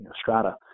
strata